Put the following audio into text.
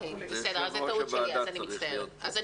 אז זו טעות שלי, אני מצטערת.